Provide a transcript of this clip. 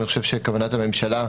אני חושב שכוונת הממשלה,